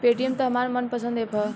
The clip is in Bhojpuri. पेटीएम त हमार मन पसंद ऐप ह